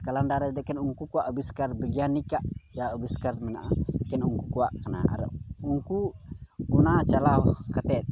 calendar ᱨᱮ ᱞᱮᱠᱤᱱ ᱩᱱᱠᱩ ᱠᱚᱣᱟᱜ ᱟᱹᱵᱤᱥᱠᱟᱨ ᱵᱤᱜᱽᱜᱟᱱᱤᱠᱟᱜ ᱟᱹᱵᱤᱥᱠᱟᱨ ᱢᱮᱱᱟᱜᱼᱟ ᱮᱠᱮᱱ ᱩᱱᱠᱩ ᱠᱚᱣᱟᱜ ᱠᱟᱱᱟ ᱟᱨ ᱩᱱᱠᱩ ᱚᱱᱟ ᱪᱟᱞᱟᱣ ᱠᱟᱛᱮᱫ